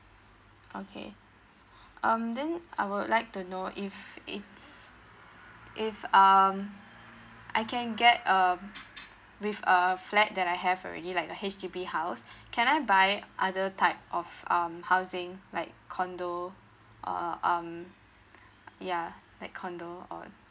okay um then I would like to know if it's if um I can get a with a flat that I have already like a H_D_B house can I buy other type of um housing like condo uh um ya like condo or